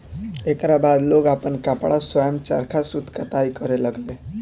एकरा बाद लोग आपन कपड़ा स्वयं चरखा सूत कताई करे लगले